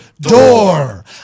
door